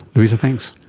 louisa, thanks.